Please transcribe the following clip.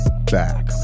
back